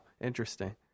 interesting